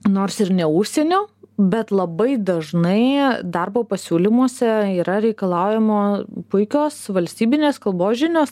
nors ir ne užsienio bet labai dažnai darbo pasiūlymuose yra reikalaujama puikios valstybinės kalbos žinios